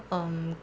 um